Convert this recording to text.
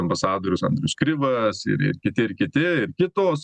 ambasadorius andrius krivas ir ir kiti ir kiti ir kitos